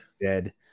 dead